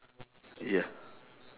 ya